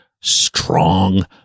strong